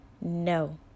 no